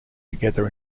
together